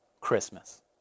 Christmas